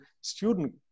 student